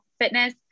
fitness